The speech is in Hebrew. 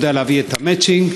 יודע להביא את המצ'ינג,